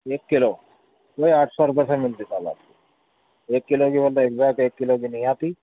ایک کلو یہ آٹھ سو روپیے سے ملتی سال آپ کو ایک کلو کی بولتے اِس بات ایک کلو کی نہیں آتی